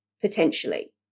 potentially